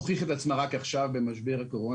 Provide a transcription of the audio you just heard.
הוכיחה את עצמה רק עכשיו במשבר הקורונה,